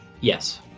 yes